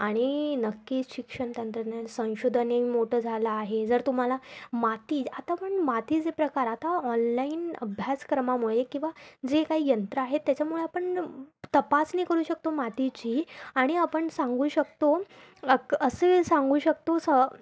आणि नक्की शिक्षण तंत्रज्ञान संशोधन हे मोठं झालं आहे जर तुम्हाला माती आता आपण मातीचे प्रकार आता ऑनलाईन अभ्यासक्रमामुळे किंवा जे काही यंत्र आहेत त्याच्यामुळे आपण तपासणी करू शकतो मातीची आणि आपण सांगू शकतो अक् असे सांगू शकतो स्